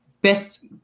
best